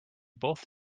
both